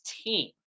team